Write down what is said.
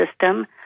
system